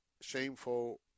shameful